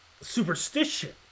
superstition